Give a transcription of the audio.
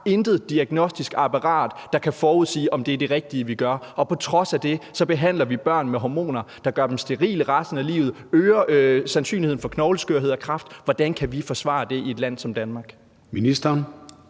Vi har intet diagnostisk apparat, der kan forudsige, om det er det rigtige, vi gør. Og på trods af det behandler vi børn med hormoner, der gør dem sterile resten af livet og øger sandsynligheden for knogleskørhed og kræft. Hvordan kan vi forsvare det i et land som Danmark?